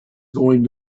going